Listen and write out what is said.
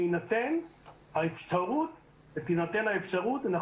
בהינתן האפשרות ותינתן האפשרות אנחנו